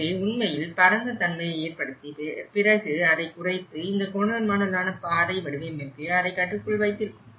எனவே உண்மையில் பரந்த தன்மையை ஏற்படுத்தி பிறகு அதை குறைத்து இந்த கோணல் மாணலான பாதை வடிவமைப்பு அதை கட்டுக்குள் வைத்திருக்கும்